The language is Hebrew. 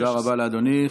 תודה רבה לאדוני.